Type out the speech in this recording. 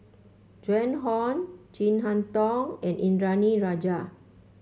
Joan Hon Chin Harn Tong and Indranee Rajah